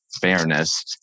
fairness